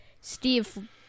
Steve